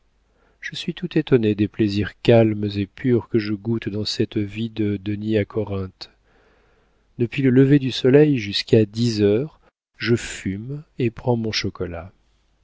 je suis tout étonné des plaisirs calmes et purs que je goûte dans cette vie de denys à corinthe depuis le lever du soleil jusqu'à dix heures je fume et prends mon chocolat